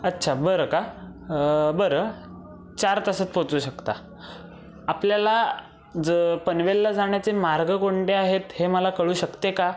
अच्छा बरं का बरं चार तासात पोचवू शकता आपल्याला जर पनवेलला जाण्याचे मार्ग कोणते आहेत हे मला कळू शकते का